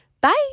Bye